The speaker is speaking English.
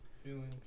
Feeling